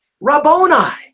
Rabboni